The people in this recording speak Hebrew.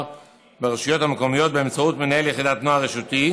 ברשויות המקומיות באמצעות מנהל יחידת נוער רשותי,